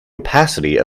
opacity